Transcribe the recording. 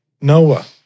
Noah